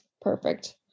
perfect